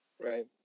Right